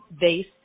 base